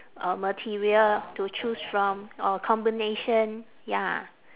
uh material to choose from or combination ya